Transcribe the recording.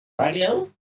Radio